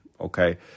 okay